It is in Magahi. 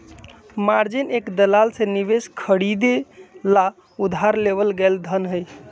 मार्जिन एक दलाल से निवेश खरीदे ला उधार लेवल गैल धन हई